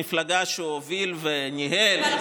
מפלגה שהוביל וניהל,